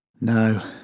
no